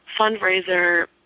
Fundraiser